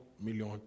million